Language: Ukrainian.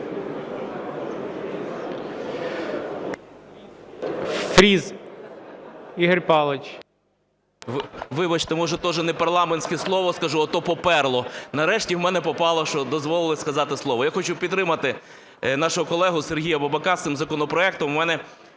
ФРІС І.П. Вибачте, може, теж непарламентське слово скажу, ото поперло. Нарешті в мене попало, що дозволили сказати слово. Я хочу підтримати нашого колегу Сергія Бабака з цим законопроектом. В мене